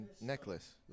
necklace